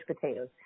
potatoes